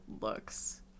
looks